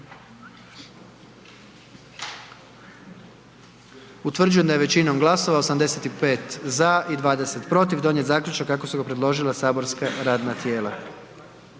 Utvrđujem da je većinom glasova, 95 za i 3 protiv donijet zaključak kako ga je preložilo matično saborsko radno tijelo.